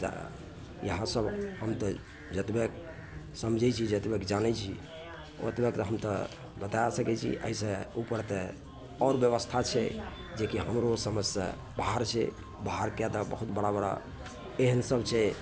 तऽ ओहए सब हम तऽ जतबे समझै छियै जतबेक जाने छी ओतबे पर हम तऽ बता सकै छी एहि से ऊपर तऽ आओर बेबस्था छै जेकि हमरो समझ से बाहर छै बाहर किआ तऽ बहुत बड़ा बड़ा एहन सब छै